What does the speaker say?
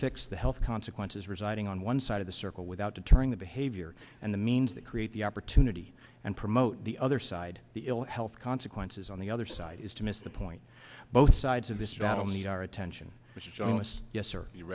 fix the consequences residing on one side of the circle without deterring the behavior and the means that create the opportunity and promote the other side the ill health consequences on the other side is to miss the point both sides of this battle need our attention which is honest yes are you